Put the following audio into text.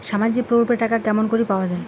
সামাজিক প্রকল্পের টাকা কেমন করি পাওয়া যায়?